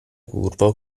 curvo